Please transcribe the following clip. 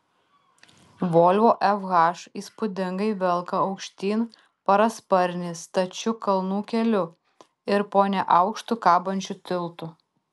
volvo fh įspūdingai velka aukštyn parasparnį stačiu kalnų keliu ir po neaukštu kabančiu tiltu